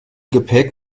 gepäck